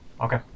Okay